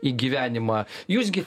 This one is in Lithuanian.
į gyvenimą jūs gi